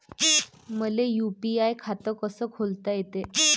मले यू.पी.आय खातं कस खोलता येते?